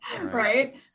Right